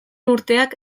urteak